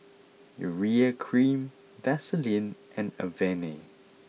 Urea cream Vaselin and Avene